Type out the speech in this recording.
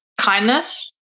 kindness